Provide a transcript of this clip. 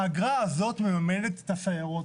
האגרה הזאת מממנת את הסיירות.